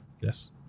Yes